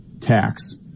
tax